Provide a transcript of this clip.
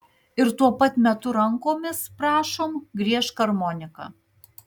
ir tuo pat metu rankomis prašom griežk armonika